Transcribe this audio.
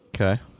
Okay